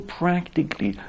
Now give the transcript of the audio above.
practically